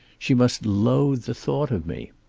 she must loathe the thought of me.